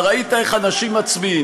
מה, ראית איך אנשים מצביעים?